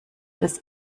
des